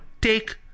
take